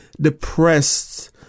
depressed